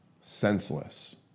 senseless